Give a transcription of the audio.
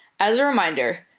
as a reminder,